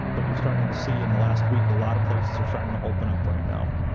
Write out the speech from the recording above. but you're starting to see in the last week, a lot of places are starting to open up right now.